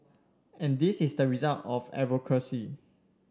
and this is the result of advocacy